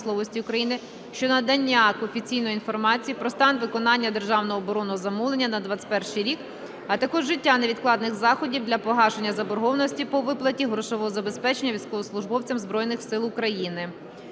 щодо надання офіційної інформації про стан виконання державного оборонного замовлення на 21-й рік, а також вжиття невідкладних заходів для погашення заборгованості по виплаті грошового забезпечення військовослужбовцям Збройних Сил України.